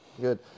Good